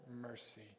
mercy